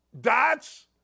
Dots